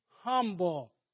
humble